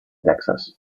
texas